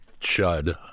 Chud